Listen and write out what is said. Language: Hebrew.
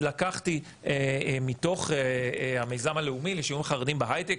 לקחתי מתוך המיזם הלאומי לשילוב חרדים בהייטק,